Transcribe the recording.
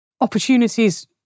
opportunities